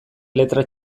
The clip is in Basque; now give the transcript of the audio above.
letra